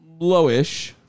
Lowish